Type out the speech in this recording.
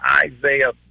Isaiah